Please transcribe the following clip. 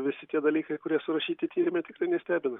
visi tie dalykai kurie surašyti tyrime tikrai nestebina